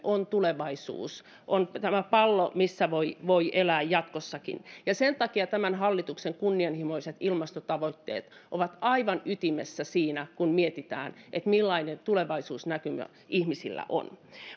on tulevaisuus on tämä pallo missä voi voi elää jatkossakin sen takia tämän hallituksen kunnianhimoiset ilmastotavoitteet ovat aivan ytimessä siinä kun mietitään millainen tulevaisuusnäkymä ihmisillä on